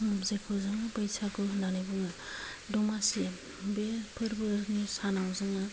जायखौ जों बैसागु होन्नानै बुङो दमासि बे फोर्बोनि सानाव जोङो